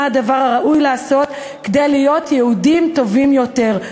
הדבר הראוי לעשות כדי להיות יהודים טובים יותר,